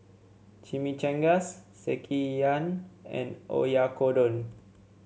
Chimichangas Sekihan and Oyakodon